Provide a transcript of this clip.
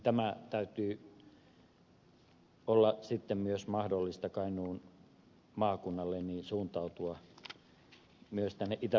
tämän täytyy olla sitten myös mahdollista kainuun maakunnalle suuntautua myös tänne itä suomen suuntaan